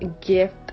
gift